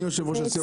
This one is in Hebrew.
אני יושב-ראש הסיעה,